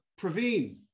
Praveen